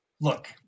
look